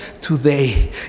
today